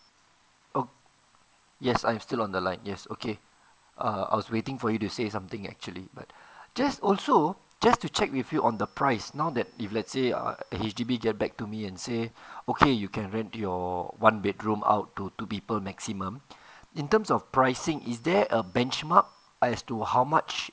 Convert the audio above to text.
oh yes I'm still on the line yes okay uh I was waiting for you to say something actually but just also just to check with you on the price now that if let's say err H_D_B get back to me and say okay you can rent your one bedroom out to two people maximum in terms of pricing is there a benchmark as to how much